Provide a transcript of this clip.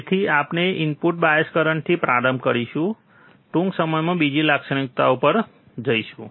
તેથી આપણે input bias કરંટથી પ્રારંભ કરીશું ટૂંક સમયમાં બીજી લાક્ષણિકતાઓ પર જઈશું